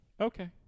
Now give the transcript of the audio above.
Okay